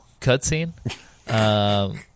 Cutscene